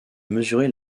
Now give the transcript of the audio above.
mesurer